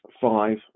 five